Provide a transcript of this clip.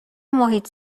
محیط